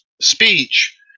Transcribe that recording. speech